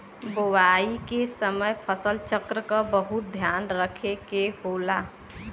बोवाई के समय फसल चक्र क बहुत ध्यान रखे के होला